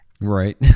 Right